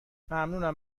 ممنونم